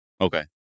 Okay